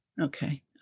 Okay